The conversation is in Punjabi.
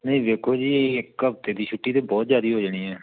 ਨਹੀਂ ਵੇਖੋ ਜੀ ਇੱਕ ਹਫਤੇ ਦੀ ਛੁੱਟੀ ਤਾਂ ਬਹੁਤ ਜ਼ਿਆਦੀ ਹੋ ਜਾਣੀ ਹੈ